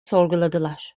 sorguladılar